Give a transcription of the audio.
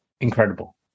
incredible